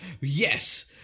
Yes